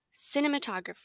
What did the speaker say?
cinematography